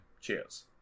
cheers